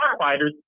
firefighters